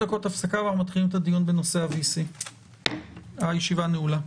תודה רבה, הישיבה נעולה.